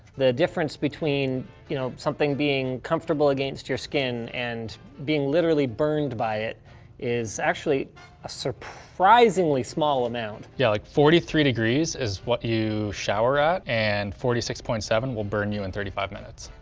the difference between you know something being comfortable against your skin and being literally burned by it is actually a surprisingly small amount. yeah, like forty three degrees is what you shower at and forty six point seven will burn you in thirty five minutes.